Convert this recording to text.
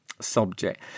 subject